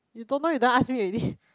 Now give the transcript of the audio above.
you don't know you don't ask me already